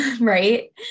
right